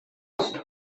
анда